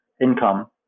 income